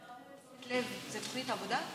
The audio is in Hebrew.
כשאתה אומר תשומת לב, זו תוכנית עבודה?